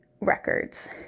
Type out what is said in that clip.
records